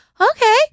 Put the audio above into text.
okay